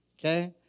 okay